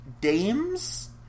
dames